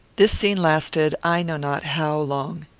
this scene lasted i know not how long.